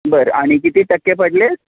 बरं आणि किती टक्के पडले आहेत